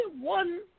one